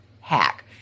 hack